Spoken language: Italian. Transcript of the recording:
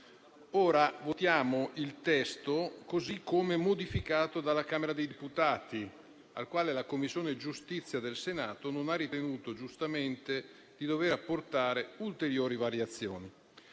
Oggi votiamo il testo così come modificato dalla Camera dei deputati, al quale la Commissione giustizia del Senato non ha ritenuto, giustamente, di apportare ulteriori variazioni.